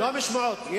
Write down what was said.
לא משמועות.